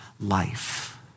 life